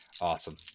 Awesome